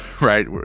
right